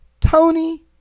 Tony